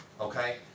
Okay